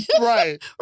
Right